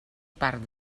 part